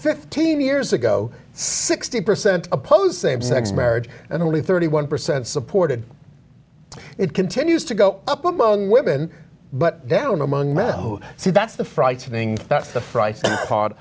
fifteen years ago sixty percent oppose same sex marriage and only thirty one percent supported it continues to go up among women but down among men who see that's the frightening that's the fri